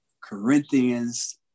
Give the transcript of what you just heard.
Corinthians